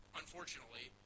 unfortunately